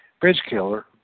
bridge-killer